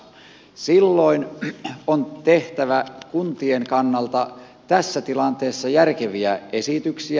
silloin on tehtävä kuntien kannalta tässä tilanteessa järkeviä esityksiä